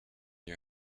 you